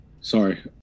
Sorry